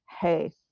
Hey